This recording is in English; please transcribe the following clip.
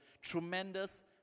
Tremendous